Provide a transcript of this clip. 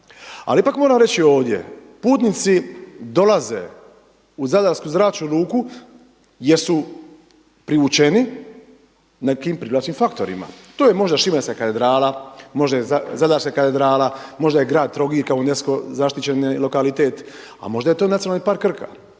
Ali ipak moram reći ovdje, putnici dolaze u Zadarsku zračnu luku jer su privučeni nekim privlačnim faktorima. To je možda Šibenska katedrala, možda je Zadarska katedrala, možda je grad Trogir kao UNESCO zaštićen lokalitet a možda je to Nacionalni park Krka.